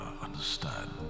understand